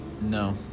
No